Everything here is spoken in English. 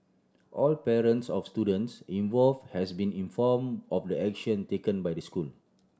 all parents of students involve has been inform of the action taken by the school